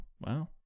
Wow